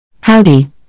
Howdy